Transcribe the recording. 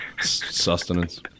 sustenance